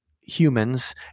humans